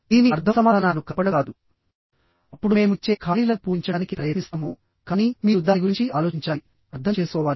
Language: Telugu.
దీని అర్థం ఇది కేవలం సమాధానాలను కలపడం కాదు మరియు అప్పుడు మేము ఇచ్చే ఖాళీలను పూరించడానికి ప్రయత్నిస్తాము కానీ మీరు దాని గురించి ఆలోచించాలి అర్థం చేసుకోవాలి